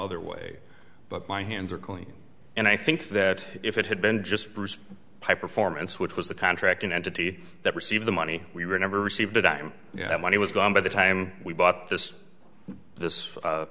other way but my hands are clean and i think that if it had been just bruce high performance which was the contract an entity that received the money we were never received a dime yet when he was gone by the time we bought this this